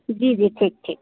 جی جی ٹھیک ٹھیک